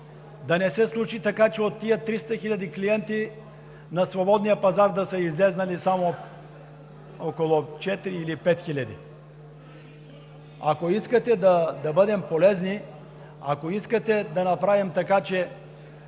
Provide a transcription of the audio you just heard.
да не се случи така, че от тези 300 хиляди клиенти на свободния пазар да излязат само около четири или пет хиляди. Ако искате да бъдем полезни, ако искате да направим така, че